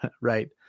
right